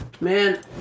Man